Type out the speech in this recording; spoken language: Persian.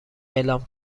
اعلام